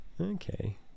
Okay